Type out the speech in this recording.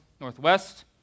northwest